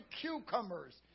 cucumbers